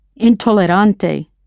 Intolerante